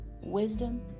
wisdom